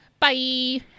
bye